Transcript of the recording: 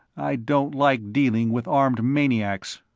i don't like dealing with armed maniacs.